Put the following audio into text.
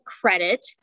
credit